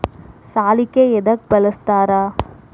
ಸಲಿಕೆ ಯದಕ್ ಬಳಸ್ತಾರ?